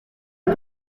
est